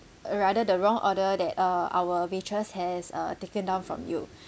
rather the wrong order that uh our waitress has uh taken down from you